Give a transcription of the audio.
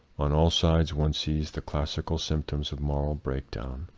on all sides one sees the classical symptoms of moral breakdown,